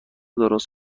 درست